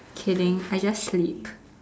kidding I just sleep